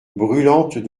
brûlantes